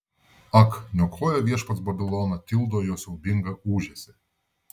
ak niokoja viešpats babiloną tildo jo siaubingą ūžesį